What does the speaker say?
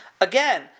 again